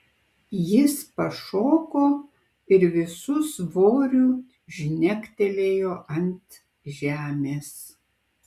jis pašoko ir visu svoriu žnektelėjo ant žemės